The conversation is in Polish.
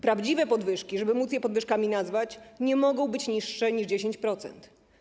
Prawdziwe podwyżki, żeby móc je podwyżkami nazwać, nie mogą być niższe niż 10%.